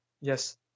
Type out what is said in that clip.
yes